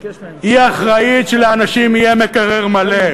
היא אחראית שלאנשים יהיה מקרר מלא.